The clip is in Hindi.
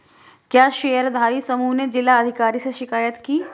क्या शेयरधारी समूह ने जिला अधिकारी से शिकायत की?